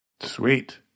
Sweet